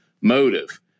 motive